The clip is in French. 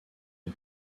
une